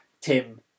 Tim